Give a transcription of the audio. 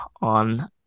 on